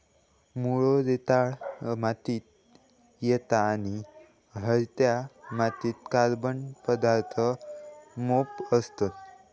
मुळो रेताळ मातीत येता आणि हयत्या मातीत कार्बन पदार्थ मोप असतत